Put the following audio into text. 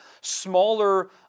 smaller